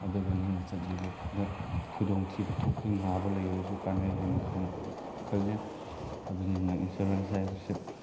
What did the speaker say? ꯑꯗꯨꯒ ꯅꯣꯏꯅ ꯆꯠꯂꯤꯕꯗ ꯈꯨꯗꯣꯡ ꯊꯤꯕ ꯊꯣꯛꯄ ꯅꯥꯕ ꯂꯩꯔꯁꯨ ꯀꯥꯟꯅꯩ ꯍꯥꯏꯅ ꯈꯜꯂꯦ ꯑꯗꯨꯅꯤꯅ ꯏꯟꯁꯨꯔꯦꯟꯁ ꯍꯥꯏꯕꯁꯦ